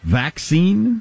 vaccine